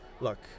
Look